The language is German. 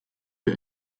der